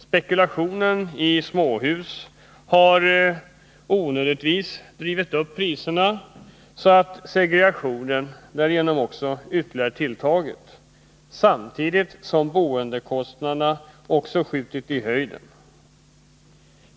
Spekulationen på småhus Nr 51 har onödigtvis drivit upp priserna, så att segregationen därigenom ytterligare tilltagit, samtidigt som boendekostnaderna också skjutit i höjden.